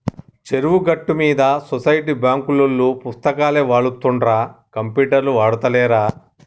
చెరువు గట్టు మీద సొసైటీ బాంకులోల్లు పుస్తకాలే వాడుతుండ్ర కంప్యూటర్లు ఆడుతాలేరా